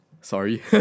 sorry